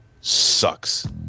sucks